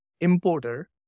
importer